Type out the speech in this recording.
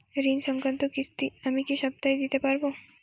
ঋণ সংক্রান্ত কিস্তি আমি কি সপ্তাহে দিতে পারবো?